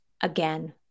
again